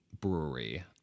brewery